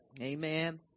Amen